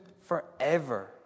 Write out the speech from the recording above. forever